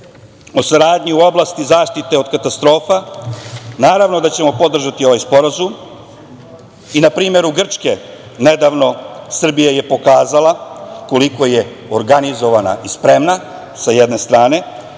o saradnji u oblasti zaštite od katastrofa, naravno da ćemo podržati ovaj sporazum. Na primeru Grče nedavno Srbija je pokazala koliko je organizovana i spremna, sa jedne strane,